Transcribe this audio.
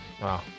wow